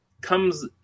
comes